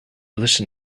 listen